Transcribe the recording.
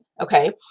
Okay